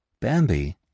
Bambi